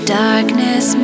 darkness